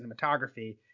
cinematography